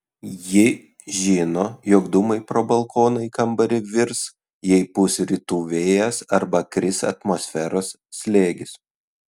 ji žino jog dūmai pro balkoną į kambarį virs jei pūs rytų vėjas arba kris atmosferos slėgis